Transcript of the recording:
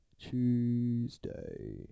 Tuesday